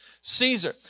Caesar